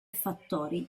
fattori